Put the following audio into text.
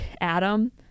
Adam